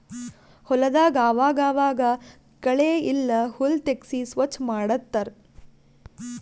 ಹೊಲದಾಗ್ ಆವಾಗ್ ಆವಾಗ್ ಕಳೆ ಇಲ್ಲ ಹುಲ್ಲ್ ತೆಗ್ಸಿ ಸ್ವಚ್ ಮಾಡತ್ತರ್